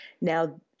Now